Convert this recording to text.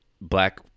Black